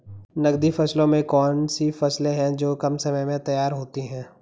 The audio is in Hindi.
नकदी फसलों में कौन सी फसलें है जो कम समय में तैयार होती हैं?